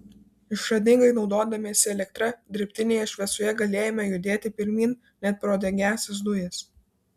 išradingai naudodamiesi elektra dirbtinėje šviesoje galėjome judėti pirmyn net pro degiąsias dujas